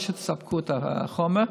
תספקו את החומר,